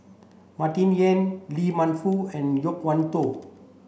Martin Yan Lee Man Fong and Loke Wan Tho